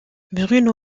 bruno